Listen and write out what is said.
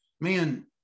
man